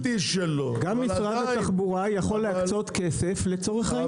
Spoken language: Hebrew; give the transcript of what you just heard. גם משרד התחבורה יכול להקצות כסף לצורך העניין הזה.